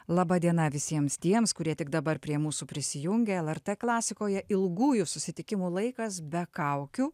laba diena visiems tiems kurie tik dabar prie mūsų prisijungė lrt klasikoje ilgųjų susitikimų laikas be kaukių